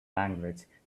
language